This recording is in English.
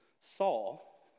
Saul